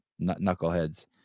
knuckleheads